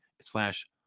slash